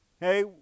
Hey